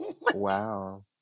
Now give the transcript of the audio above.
Wow